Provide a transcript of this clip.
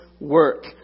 work